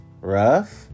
rough